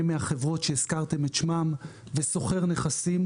מהחברות שהזכרתם את שמן ושוכר נכסים,